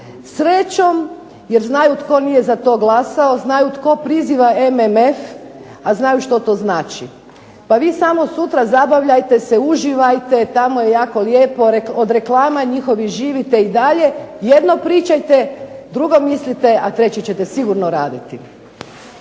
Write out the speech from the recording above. Srećom jer znaju tko nije za to glasao, znaju tko priziva MMF, a znaju što to znači. Pa vi samo sutra zabavljajte se, uživajte. Tamo je jako lijepo. Od reklama njihovih živite i dalje. Jedno pričajte, drugo mislite, a treće ćete sigurno raditi.